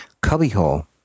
cubbyhole